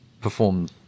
perform